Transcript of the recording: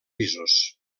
pisos